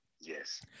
Yes